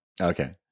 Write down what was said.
Okay